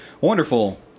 wonderful